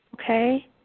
Okay